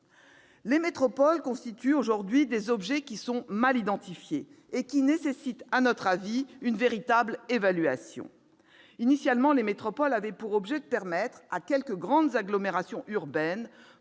Les métropoles constituent aujourd'hui des objets mal identifiés, qui nécessitent selon nous une véritable évaluation. Initialement, leur création avait pour objet de permettre à quelques grandes agglomérations urbaines